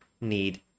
need